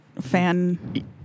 fan